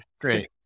Great